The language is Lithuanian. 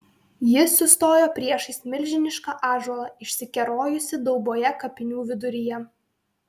ji sustojo priešais milžinišką ąžuolą išsikerojusį dauboje kapinių viduryje